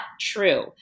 true